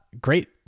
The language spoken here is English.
Great